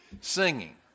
singing